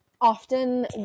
often